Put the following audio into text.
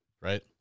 right